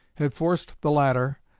had forced the latter,